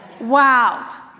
Wow